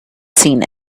seen